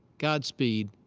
godspeed.